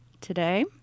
today